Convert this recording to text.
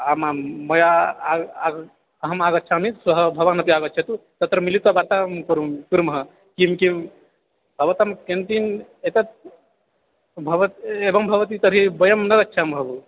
आमां मया अहम् आगच्छामि श्वः भवान् अपि आगच्छतु तत्र मिलित्वा वार्तां कुर्मः कुर्मः किं किं भवतां किं किम् एतत् भवतः एवं भवतु तर्हि वयं न यच्छामः भो